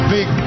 Big